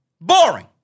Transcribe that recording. Boring